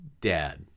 Dad